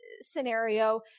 scenario